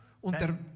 Und